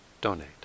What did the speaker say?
donate